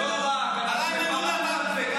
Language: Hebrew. רק עליהם אתה נופל?